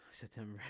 September